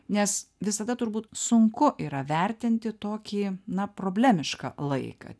nes visada turbūt sunku yra vertinti tokį na problemišką laiką